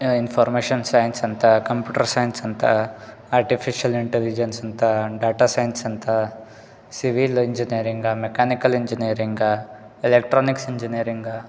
information science ಅಂತ computer science ಅಂತ artificial intelligence ಅಂತ ಡಾಟಾ ಸೈನ್ಸ್ ಅಂತ civil engineering mechanical engineering electronics engineering